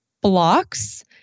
blocks